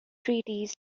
treaties